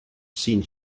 sin